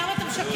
למה אתה משקר?